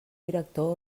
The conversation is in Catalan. director